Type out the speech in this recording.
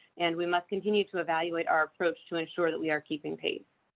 and we must continue to evaluate our approach to ensure that we are keeping pace.